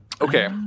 Okay